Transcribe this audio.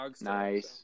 nice